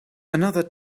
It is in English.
another